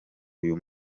uyu